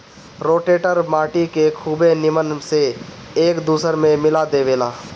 rotator माटी के खुबे नीमन से एक दूसर में मिला देवेला